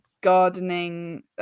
gardening